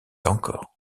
encore